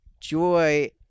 joy